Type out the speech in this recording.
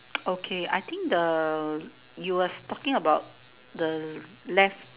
okay I think the you was talking about the left